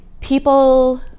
people